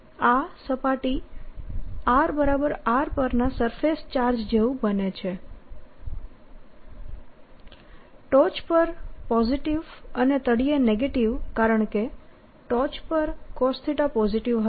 આ સપાટી rR પરના સરફેસ ચાર્જ જેવું બને છે ટોચ પર પોઝીટીવ અને તળિયે નેગેટીવ કારણકે ટોચ પર cosθ પોઝીટીવ હશે